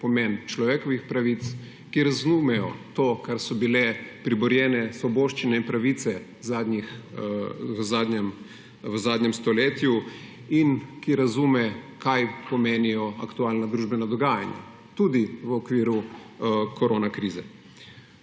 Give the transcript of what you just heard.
pomen človekovih pravic, ki razumejo to, kar so bile priborjene svoboščine in pravice v zadnjem stoletju, ki razume, kaj pomenijo aktualna družbena dogajanja, tudi v okviru koronakrize.